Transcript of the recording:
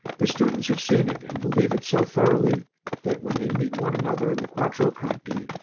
the students have seen it and believe it so thoroughly that, when they meet one another in the quattro canti,